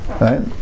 Right